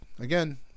Again